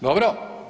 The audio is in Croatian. Dobro?